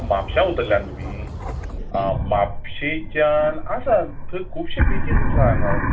म्हापश्यां उतरल्यान तुमी आं म्हापशेंच्यान आसा थंय खुबशें बीचीस आसा हांगा